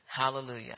Hallelujah